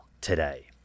today